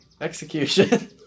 Execution